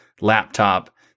laptop